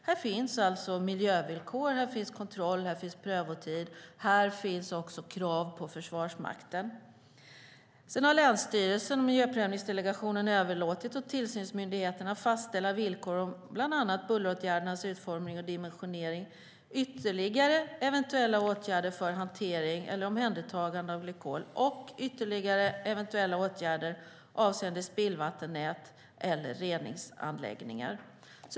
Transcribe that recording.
Här finns alltså miljövillkor, kontroll och prövotid. Här finns också krav på Försvarsmakten. Sedan har länsstyrelsen och miljöprövningsdelegationen överlåtit åt tillsynsmyndigheten att fastställa villkor för bland annat bulleråtgärdernas utformning och dimensionering, ytterligare eventuella åtgärder för hantering eller omhändertagande av glykol och ytterligare eventuella åtgärder avseende spillvattennät eller reningsanläggningar.